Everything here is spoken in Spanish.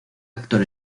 actor